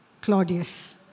Claudius